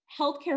Healthcare